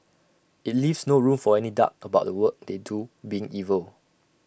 IT leaves no room for any doubt about the work they do being evil